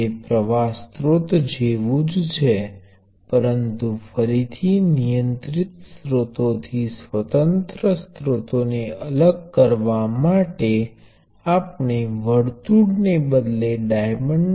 અહીંયા એવા વાયરનો વિચાર સામાન્ય છે કે જેમાં પ્રવાહ વહેતો હોય મૂળભૂત રીતે આ નોડ n1 અને n2 વચ્ચે એક શોર્ટ સર્કિટ હોય છે અને આ તે શાખામાં પ્ર્વાહ મોકલવા માટે છે